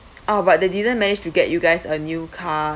oh but they didn't manage to get you guys a new car